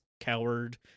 coward